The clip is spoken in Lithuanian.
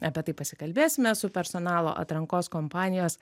apie tai pasikalbėsime su personalo atrankos kompanijos